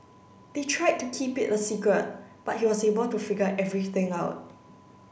they tried to keep it a secret but he was able to figure everything out